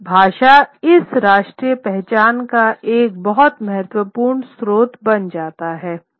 अब भाषा इस राष्ट्रीय पहचान का एक बहुत महत्वपूर्ण स्रोत बन जाता है